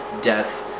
death